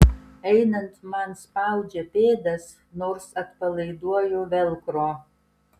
einant man spaudžia pėdas nors atpalaiduoju velcro